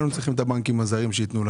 היינו צריכים את הבנקים הזרים שייתנו לנו.